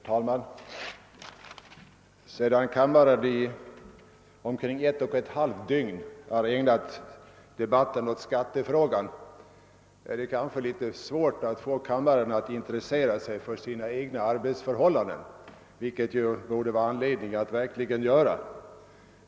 Herr talman! Sedan kammaren i omkring ett och ett halvt dygn ägnat debatten åt skattepaketet är det kanske svårt att få kammaren att intressera sig för sina egna arbetsförhållanden — även om den borde ha anledning att göra det.